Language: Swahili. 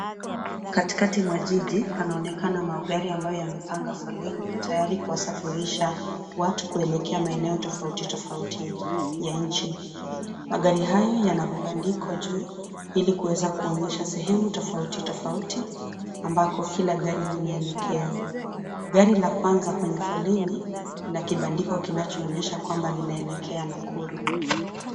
Katikati mwa jiji, panaonekana magari ambayo yamepanga foleni, tayari kuwasafirisha watu kuelekea maeneo tofauti tofauti ya nchi. Magari haya yana vibandiko juu ili kuweza kuonyesha sehemu tofauti tofauti ambako kila gari linaelekea. Gari la kwanza kwenye foleni, lina kibandiko kinachoonyesha kwamba linaelekea Nakuru.